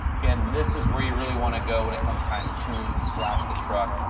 again, this is where you really want to go when it comes time to tune and flash the truck,